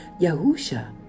Yahusha